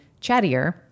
chattier